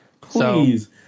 please